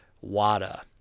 WADA